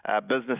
business